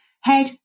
head